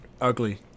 Ugly